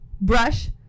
brush